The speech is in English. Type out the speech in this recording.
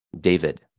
David